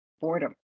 boredom